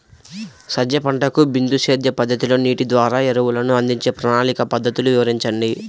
సజ్జ పంటకు బిందు సేద్య పద్ధతిలో నీటి ద్వారా ఎరువులను అందించే ప్రణాళిక పద్ధతులు వివరించండి?